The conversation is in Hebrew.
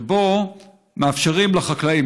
שבו מאפשרים לחקלאים,